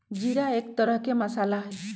जीरा एक तरह के मसाला हई